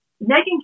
Megan